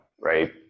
right